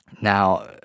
Now